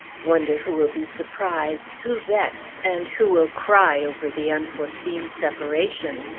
wonder who will be surprised, who vexed, and who will cry over the unforeseen separation?